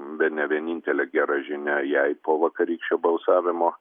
bene vienintelė gera žinia jai po vakarykščio balsavimo